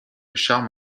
charme